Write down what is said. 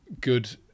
good